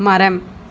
மரம்